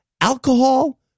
alcohol